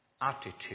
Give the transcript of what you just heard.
attitude